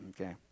okay